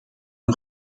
een